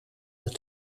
dit